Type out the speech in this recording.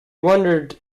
wondered